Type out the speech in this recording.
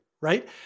right